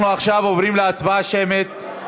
אנחנו עכשיו עוברים להצבעה שמית,